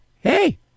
hey